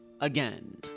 again